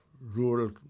rural